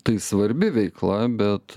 tai svarbi veikla bet